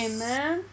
Amen